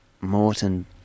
Morton